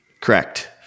Correct